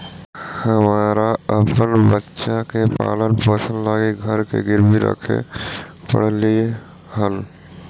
हमरा अपन बच्चा के पालन पोषण लागी घर के गिरवी रखे पड़लई हल